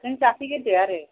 नों जाफैग्रोदो आरो